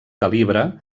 calibre